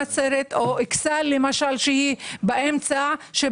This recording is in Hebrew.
נצרת או אכסאל שהם במרחק